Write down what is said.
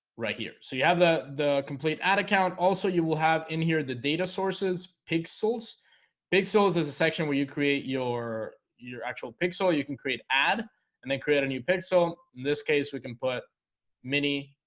right here so you have the the complete ad account also you will have in here the data sources pixels big so there's a section where you create your your actual pixel you can create ad and they create a new pixel in this case we can put mini